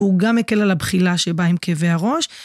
הוא גם הקל על הבחילה שבאה עם כאבי הראש.